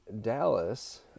Dallas